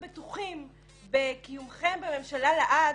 זה יהפוך את הממשלה לממשלה בלי רסנים,